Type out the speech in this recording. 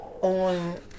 on